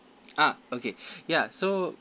ah okay ya so